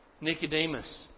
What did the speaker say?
Nicodemus